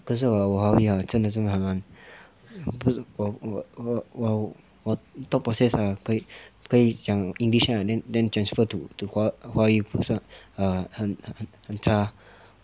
可是我我华语哦真的真的很烂我我我我可以可以讲 english lah then transfer to 华语 then 不是很差